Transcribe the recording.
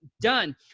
done